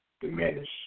diminish